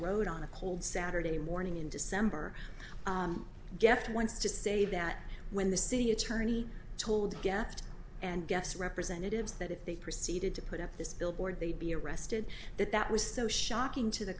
road on a cold saturday morning in december gaffed wants to say that when the city attorney to hold gapped and guess representatives that if they proceeded to put up this billboard they'd be arrested that that was so shocking to the